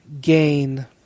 gain